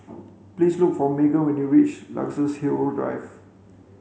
please look for Meghan when you reach Luxus Hill Drive